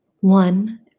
one